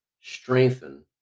strengthen